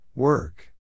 Work